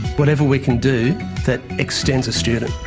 whatever we can do that extends a student.